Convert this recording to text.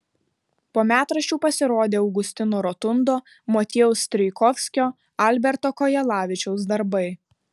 po metraščių pasirodė augustino rotundo motiejaus strijkovskio alberto kojalavičiaus darbai